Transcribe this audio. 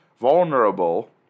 vulnerable